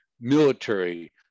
military